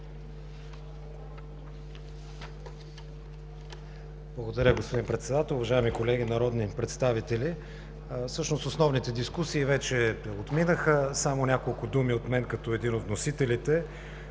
Благодаря, господин Председател. Уважаеми колеги народни представители, всъщност основните дискусии вече отминаха, само няколко думи от мен като един от вносителите.